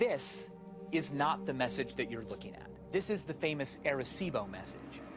this is not the message that you're looking at. this is the famous arecibo message.